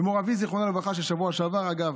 מור אבי, זיכרונו לברכה, שבשבוע שעבר, אגב,